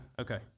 Okay